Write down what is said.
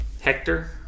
Hector